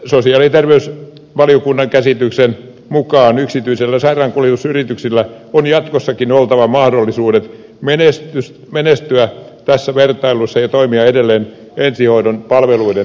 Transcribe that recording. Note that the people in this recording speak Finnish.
sosiaali ja terveysvaliokunnan käsityksen mukaan yksityisillä sairaankuljetusyrityksillä on jatkossakin oltava mahdollisuudet menestyä tässä vertailussa ja toimia edelleen ensihoitopalvelujen tuottajina